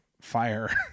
fire